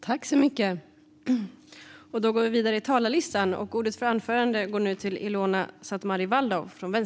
Fru talman!